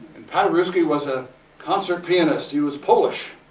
and paderewski was a concert pianist. he was polish.